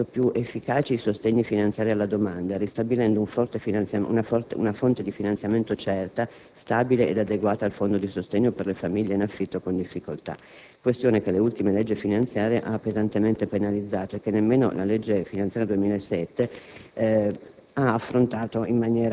Bisogna rendere, per questo, più efficaci i sostegni finanziari alla domanda, ristabilendo una fonte di finanziamento certa, stabile e adeguata al fondo di sostegno per le famiglie in affitto con difficoltà. Si tratta di una questione che le ultime leggi finanziarie hanno pesantemente penalizzato e che nemmeno la legge finanziaria 2007